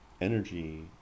energy